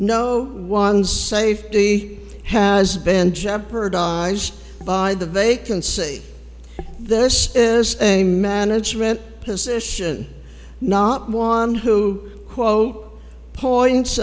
no one's safety has been jeopardized by the vacancy this is a management position not won who quote points